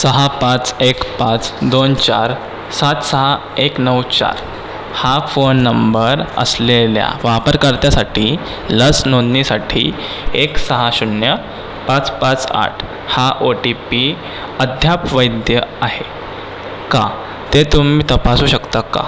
सहा पाच एक पाच दोन चार सात सहा एक नऊ चार हा फोन नंबर असलेल्या वापरकर्त्यासाठी लस नोंदणीसाठी एक सहा शून्य पाच पाच आठ हा ओ टी पी अद्याप वैध आहे का ते तुम्ही तपासू शकता का